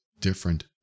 different